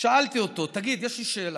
שאלתי אותו: תגיד, יש לי שאלה,